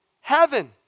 heaven